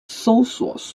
搜索